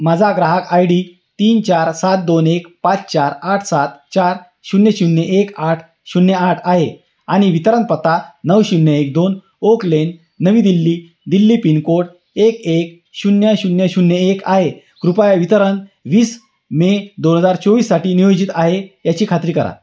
माझा ग्राहक I D तीन चार सात दोन एक पाच चार आठ सात चार शून्य शून्य एक आठ शून्य आठ आहे आणि वितरण पत्ता नऊ शून्य एक दोन ओक लेन नवी दिल्ली दिल्ली पिनकोड एक एक शून्य शून्य शून्य एक आहे कृपया वितरण वीस मे दोन हजार चोवीससाठी नियोजित आहे याची खात्री करा